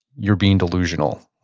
you're being delusional